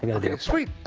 yeah ok, sweet.